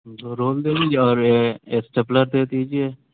دو roll دے دیجیے اور ایک اسٹیپلر دے دیجیے